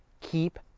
keep